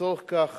לצורך כך